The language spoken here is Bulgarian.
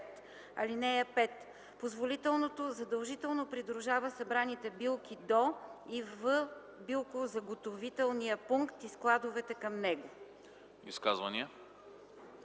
ал. 5: „(5) Позволителното задължително придружава събраните билки до и в билковозаготвителния пункт и складовете към него.”